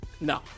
no